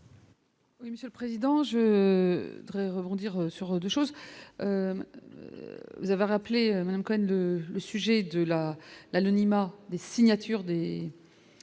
Monsieur le Président, je voudrais rebondir sur 2 choses. Vous avez rappelé même quand même de le sujet de la l'anonymat des signatures de